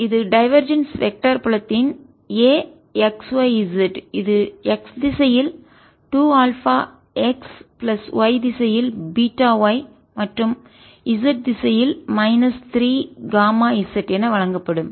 06xyy2zxz problem எண் 6 இது divergence vector புலத்தின் Axyz இது x திசையில் 2 ஆல்பா எக்ஸ் பிளஸ் y திசையில் பீட்டா ஒய் மற்றும் z திசையில் மைனஸ் 3 காமா z என வழங்கப்படும்